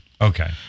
Okay